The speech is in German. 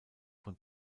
von